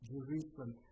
Jerusalem